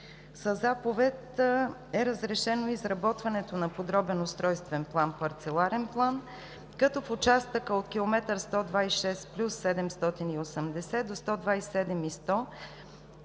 Със заповед е разрешено изработването на Подробен устройствен план, Парцеларен план, като в участъка от км 126+780 до 127+100